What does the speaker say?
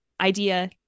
idea